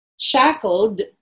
shackled